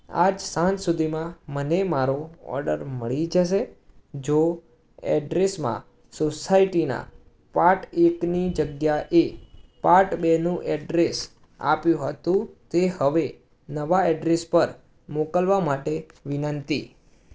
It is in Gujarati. આજ સાંજ સુધીમાં મને મારો ઓર્ડર મળી જશે જો એડ્રેસમાં સોસાયટીના પાર્ટ એકની જગ્યાએ પાર્ટ બેનું એડ્રેસ આપ્યું હતું તે હવે નવા એડ્રેસ પર મોકલવા માટે વિનંતી